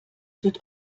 wird